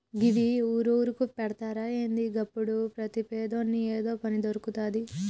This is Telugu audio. గివ్వి ఊరూరుకు పెడ్తరా ఏంది? గప్పుడు ప్రతి పేదోని ఏదో పని దొర్కుతది